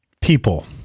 People